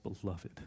beloved